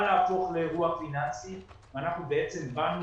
ויכול היה להפוך לאירוע פיננסי ואנחנו בעצם באנו